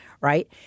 right